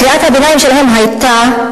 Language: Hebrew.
קריאת הביניים שלהם היתה: